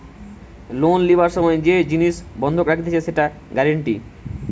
loan লিবার সময় যে জিনিস বন্ধক রাখতিছে সেটা গ্যারান্টি